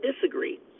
disagree